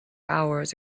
hours